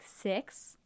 six